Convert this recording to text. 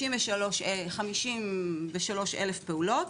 כ-53,000 פעולות,